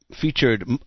featured